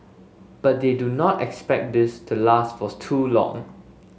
but they do not expect this to last for too long